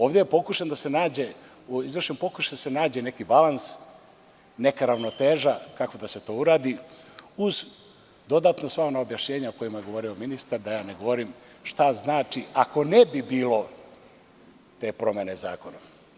Ovde je izvršen pokušaj da se nađe neki balans, neka ravnoteža kako da se to uradi, uz dodatna sva ona objašnjenja o kojima je govorio ministar, da ja ne govorim, šta znači ako ne bi bilo te promene zakona.